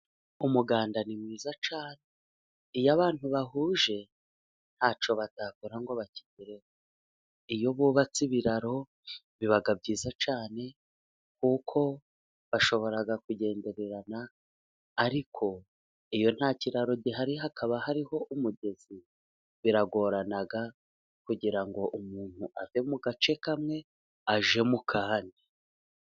Umuganda ni mwiza cyane, iyo abantu bahuje ntacyo batakora ngo bakigereho, iyo bubatse ibiraro biba byiza cyane kuko bashobora kugendererana, ariko iyo nta kiraro gihari hakaba hariho umugezi, biragorana kugira ngo umuntu ave mu gace kamwe ajye mu kandi.